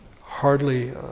hardly